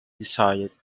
decided